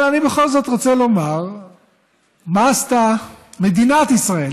אבל אני בכל זאת רוצה לומר מה עשתה מדינת ישראל,